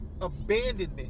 abandonment